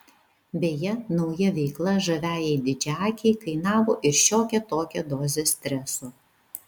beje nauja veikla žaviajai didžiaakei kainavo ir šiokią tokią dozę streso